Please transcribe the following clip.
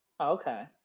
Okay